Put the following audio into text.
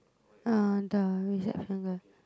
uh the reception girl